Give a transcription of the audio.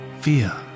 fear